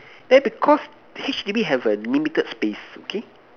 then because H_D_B have a limited space okay